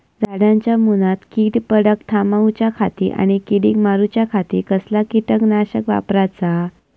झाडांच्या मूनात कीड पडाप थामाउच्या खाती आणि किडीक मारूच्याखाती कसला किटकनाशक वापराचा?